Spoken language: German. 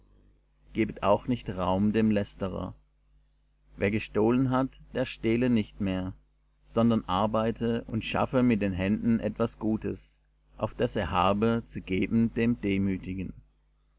gebet auch nicht raum dem lästerer wer gestohlen hat der stehle nicht mehr sondern arbeite und schaffe mit den händen etwas gutes auf daß er habe zu geben dem dürftigen